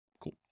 Cool